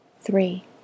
Three